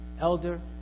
elder